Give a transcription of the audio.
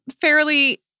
fairly